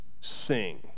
sing